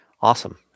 Awesome